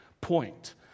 point